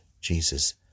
Jesus